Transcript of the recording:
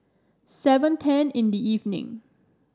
seven ten in the evening